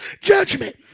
judgment